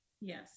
Yes